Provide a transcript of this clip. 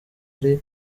ari